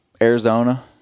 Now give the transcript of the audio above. Arizona